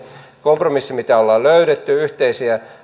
kompromissi mikä ollaan löydetty yhteisiä